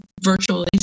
virtually